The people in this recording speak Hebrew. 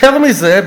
יותר מזה,